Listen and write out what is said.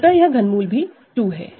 अतः यह ∛ भी 2 है